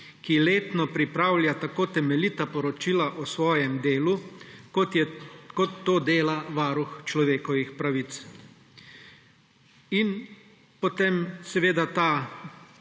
ki letno pripravlja tako temeljita poročila o svojem delu, kot to dela Varuh človekovih pravic. In potem seveda ta